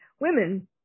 women